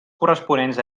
corresponents